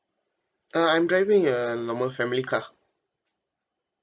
uh I'm driving a normal family car